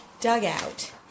dugout